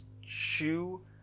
shoe